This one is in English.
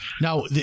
Now